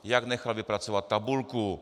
Jak nechal vypracovat tabulku.